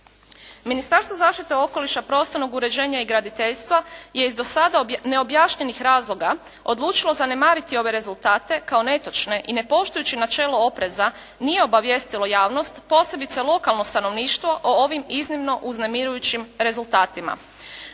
Ministarstvo zaštite okoliša, prostornog uređenja i graditeljstva je iz do sada neobjašnjenih razloga odlučilo zanemariti ove rezultate kao netočne i ne poštujući načelo opreza nije obavijestilo javnost, posebice lokalno stanovništvo o ovim iznimno uznemirujućim rezultatima.